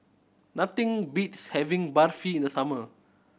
nothing beats having Barfi in the summer